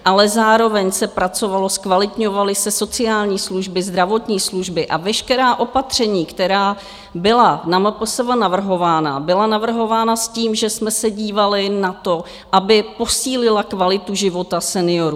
Ale zároveň se pracovalo, zkvalitňovaly se sociální služby, zdravotní služby a veškerá opatření, která byla na MPSV navrhována, byla navrhována s tím, že jsme se dívali na to, aby posílila kvalitu života seniorů.